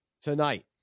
tonight